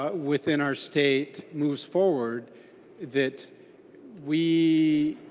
ah within our state moves forward that we